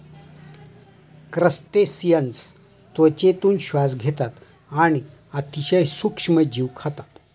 crustaceans त्वचेतून श्वास घेतात आणि अतिशय सूक्ष्म जीव खातात